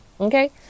Okay